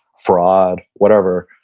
fraud, whatever.